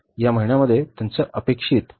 येत्या एका महिन्यात त्यांच्याकडून काय अपेक्षित आहे